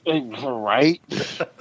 Right